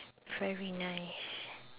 very nice